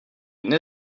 une